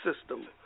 system